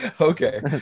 Okay